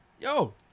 yo